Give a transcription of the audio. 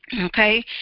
okay